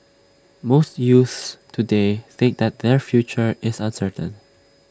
most youths today think that their future is uncertain